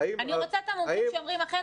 אני רוצה את המומחים שאומרים אחרת.